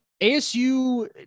ASU